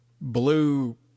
blue